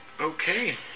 Okay